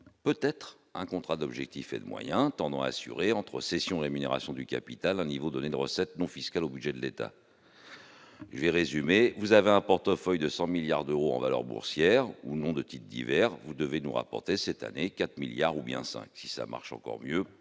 peut-être un contrat d'objectifs et de moyens tendant assurer entre session rémunération du capital au niveau de des recettes non fiscales au budget de l'État résumer, vous avez un portefeuille de 100 milliards d'euros en valeur boursière ou non de types divers, vous devez nous rapporter cette année 4 milliards ou bien 5, si ça marche encore mieux,